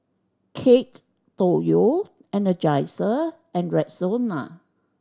Kate Tokyo Energizer and Rexona